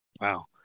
Wow